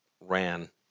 ran